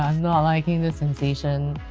um not liking this sensation.